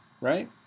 right